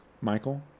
Michael